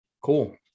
Cool